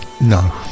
No